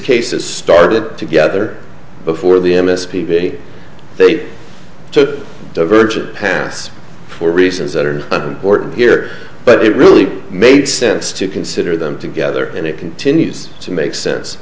cases started together before the m s p they took divergent paths for reasons that are important here but it really made sense to consider them together and it continues to make sense